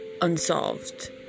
Unsolved